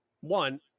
One